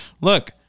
look